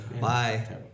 Bye